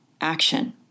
action